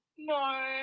no